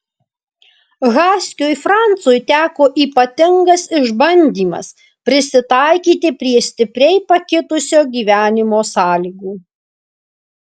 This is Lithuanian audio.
haskiui francui teko ypatingas išbandymas prisitaikyti prie stipriai pakitusio gyvenimo sąlygų